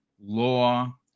law